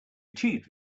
achieved